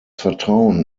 vertrauen